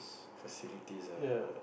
facilities ah